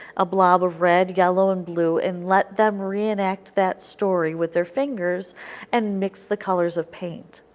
a blob of red, yellow and blue and let them reenact that story with their fingers and mix the colors of paint.